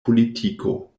politiko